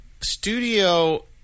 studio